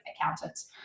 accountants